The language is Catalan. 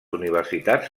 universitats